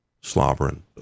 slobbering